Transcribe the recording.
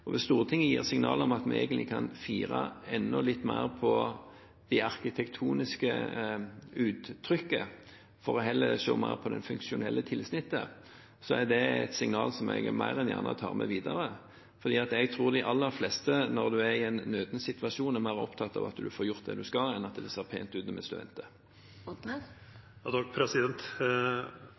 Hvis Stortinget gir signaler om at vi egentlig kan fire enda litt mer på det arkitektoniske uttrykket for heller å se mer på det funksjonelle tilsnittet, er det et signal som jeg mer enn gjerne tar med meg videre. Jeg tror de aller fleste, når de er i en nøden situasjon, er mer opptatt av at de får gjort det de skal, enn at det ser pent